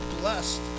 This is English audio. blessed